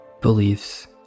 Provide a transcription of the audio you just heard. beliefs